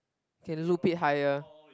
can loop it higher